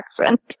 accent